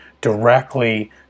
directly